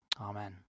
Amen